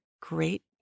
great